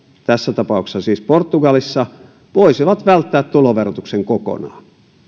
tässä tapauksessa siis portugalissa voisivat välttää tuloverotuksen kokonaan